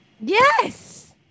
Yes